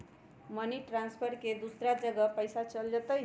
Money transfer से दूसरा जगह पईसा चलतई?